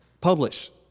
publish